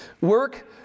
work